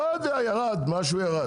לא יודע, ירד, משהו ירד.